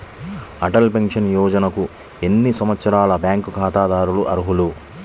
Atal pension యోజనకు ఎన్ని సంవత్సరాల బ్యాంక్ ఖాతాదారులు అర్హులు?